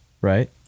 Right